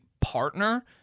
partner